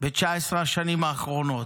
ב-19 השנים האחרונות,